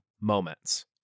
moments